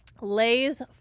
Lay's